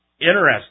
interesting